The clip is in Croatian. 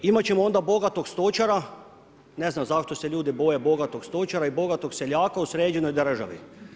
Imati ćemo onda bogatog stočara, ne znam zašto se ljudi boje bogatog stočara i bogatog seljaka u sređenoj državi.